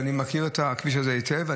אני מכיר את הכביש הזה היטב,